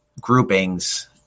groupings